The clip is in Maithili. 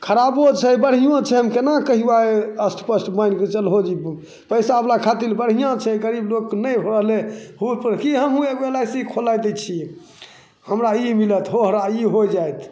खराबो छै बढ़ियों छै केना कहियौ दु स्पष्ट मानिके चलहो जे पैसावला खातिर बढ़िआँ छै गरीब लोकके नहि होलय हुलसे की हमहुँ एगो एल आइ सी खोलाइ लै छियै हमरा ई मिलत हो हमरा ई होइ जाइत